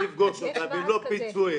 פיצויים